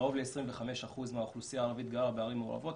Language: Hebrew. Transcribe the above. קרוב ל-25% מהאוכלוסייה הערבית גרה בערים המעורבות,